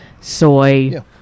soy